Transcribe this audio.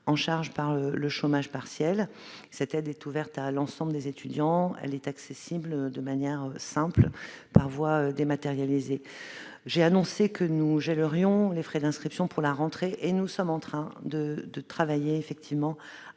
en charge par le chômage partiel. Cette aide ouverte à l'ensemble des étudiants est accessible de manière simple par voie dématérialisée. J'ai également annoncé que nous gèlerions les frais d'inscription pour la rentrée, et nous sommes en train de travailler à la mise en